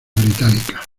británicas